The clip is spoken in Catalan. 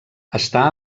està